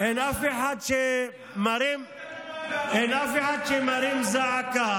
אין אף אחד שמדבר, אין אף אחד שמרים זעקה.